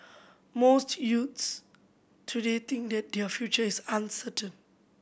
most youths today think that their future is uncertain